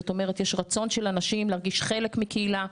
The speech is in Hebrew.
זאת אומרת יש רצון של אנשים להרגיש חלק מקהילה,